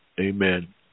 Amen